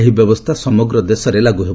ଏହି ବ୍ୟବସ୍ଥା ସମଗ୍ର ଦେଶରେ ଲାଗୁ ହେବ